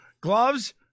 gloves